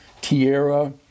Tierra